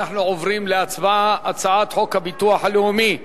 אנחנו עוברים להצבעה על הצעת חוק הביטוח הלאומי (תיקון,